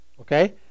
Okay